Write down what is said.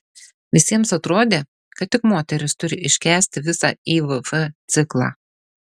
visiems atrodė kad tik moteris turi iškęsti visą ivf ciklą